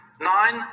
nine